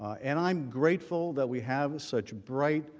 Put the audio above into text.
and i am grateful that we have such great,